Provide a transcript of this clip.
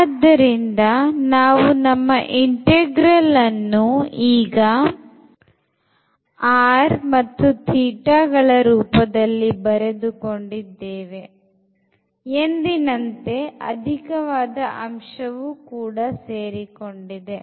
ಆದ್ದರಿಂದ ನಾವು ನಮ್ಮ integralಅನ್ನು ಈಗ r θ ರೂಪದಲ್ಲಿ ಬರೆದು ಕೊಂಡಿದ್ದೇವೆ ಎಂದಿನಂತೆ ಅಧಿಕವಾದ ಅಂಶವು ಕೂಡ ಸೇರಿಕೊಂಡಿದೆ